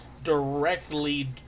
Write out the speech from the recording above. directly